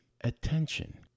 Attention